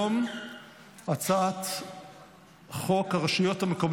אני קובע כי הצעת חוק שירות הקבע בצבא